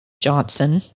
Johnson